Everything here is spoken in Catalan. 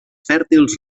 fèrtils